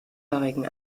haarigen